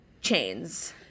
chains